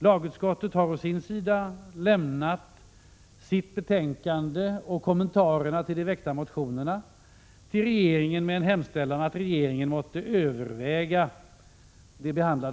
Lagutskottet har å sin sida föreslagit riksdagen att lämna sitt betänkande och kommentarerna till de väckta motionerna till regeringen med en hemställan att regeringen måtte överväga